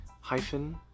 hyphen